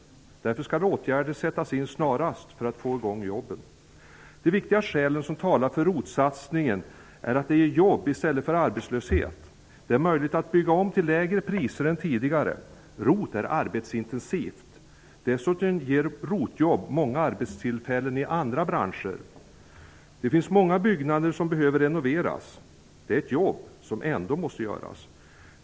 Därför skall åtgärder sättas in snarast för att få i gång jobben. Det viktigaste skälen som talar för ROT-satsningen är att den ger jobb i stället för arbetslöshet. Det är möjligt att bygga om till lägre priser än tidigare. ROT är arbetsintensivt. Dessutom ger ROT-jobb många arbetstillfällen i andra branscher. Det finns många byggnader som behöver renoveras. Det är ett jobb som ändå måste göras.